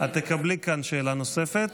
את תקבלי כאן שאלה נוספת.